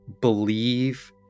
believe